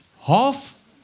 Half